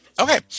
Okay